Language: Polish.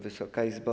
Wysoka Izbo!